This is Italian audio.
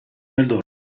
nel